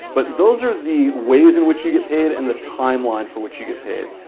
but those are the ways in which you get paid and the timeline for what you get paid.